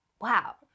Wow